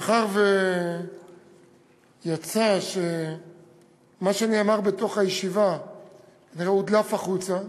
מאחר שיצא שמה שנאמר בתוך הישיבה הודלף החוצה,